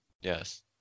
Yes